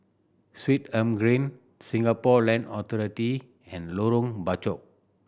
Swettenham Green Singapore Land Authority and Lorong Bachok